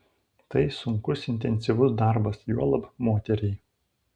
tai sunkus intensyvus darbas juolab moteriai